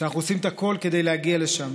שאנחנו עושים את הכול כדי להגיע לשם.